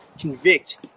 convict